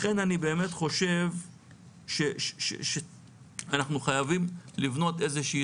אני חושב שאנחנו חייבים לבנות איזושהי